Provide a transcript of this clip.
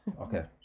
Okay